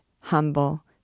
humble